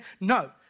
No